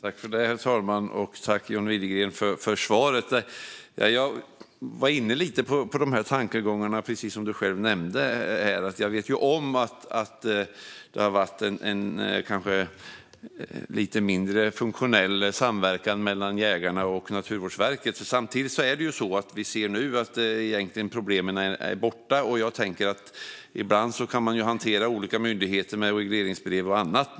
Herr talman! Tack för svaret, John Widegren! Jag var inne lite på de tankegångarna du nämnde. Jag vet att det har varit en kanske lite mindre funktionell samverkan mellan jägarna och Naturvårdsverket. Samtidigt ser vi nu att de problemen egentligen är borta. Jag tänker också att man ibland kan hantera olika myndigheter med regleringsbrev och annat.